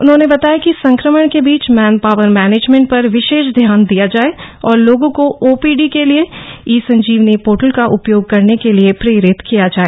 उन्होंने बताया कि संक्रमण के बीच मैन पावर मैनेजमेंट पर विशेष ध्यान दिया जाए और लोगों को ओपीडी के लिए ई संजीवनी पोर्टल का उपयोग करने के लिए प्रेरित किया जाए